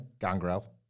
Gangrel